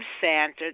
Santa